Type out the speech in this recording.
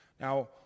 Now